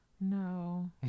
No